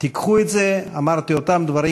וככה הוא כותב: שמי דוגי ישראלי,